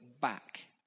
back